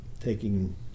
taking